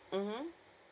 mmhmm